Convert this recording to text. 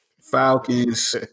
Falcons